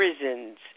prisons